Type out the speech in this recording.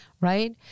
Right